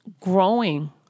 growing